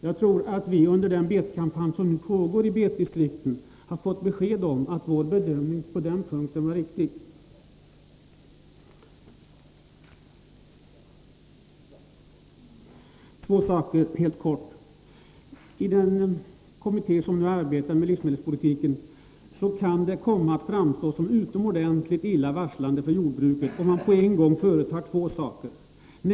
Jag tror att vi under den betkampanj som nu pågår i betdistrikten har fått besked om att vår bedömning på den punkten var riktig. Det kan komma att framstå som utomordentligt illavarslande för jordbruket om man i den kommitté som nu arbetar med livsmedelspolitiken på en gång skall företa två saker.